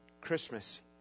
Christmas